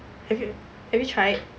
have you ev~ have you tried